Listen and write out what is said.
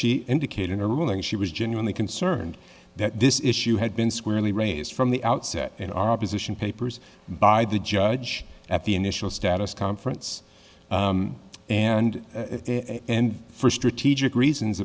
she indicated in a ruling she was genuinely concerned that this issue had been squarely raised from the outset in opposition papers by the judge at the initial status conference and and for strategic reasons